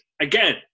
Again